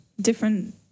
Different